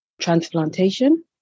transplantation